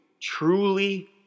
truly